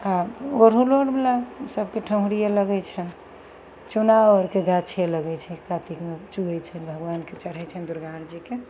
आओर अड़हुलो आओरमे सबके ठाढ़िए लागै छै चुनार आओरके गाछे लागै छै कातिकमे चुए छनि भगवानके चढ़ै छनि दुरगा आओरजीके